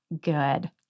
good